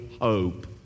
hope